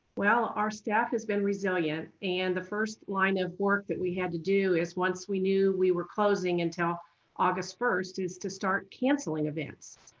well, our staff has been resilient and the first line of work that we had to do is once we knew we were closing until august first is to start cancelling events.